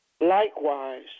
Likewise